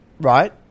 right